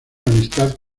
amistad